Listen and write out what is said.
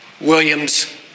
Williams